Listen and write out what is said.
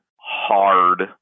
hard